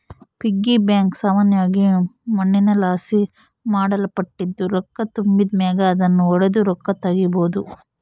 piggy bank ಸಾಮಾನ್ಯವಾಗಿ ಮಣ್ಣಿನಲಾಸಿ ಮಾಡಲ್ಪಟ್ಟಿದ್ದು, ರೊಕ್ಕ ತುಂಬಿದ್ ಮ್ಯಾಗ ಅದುನ್ನು ಒಡುದು ರೊಕ್ಕ ತಗೀಬೋದು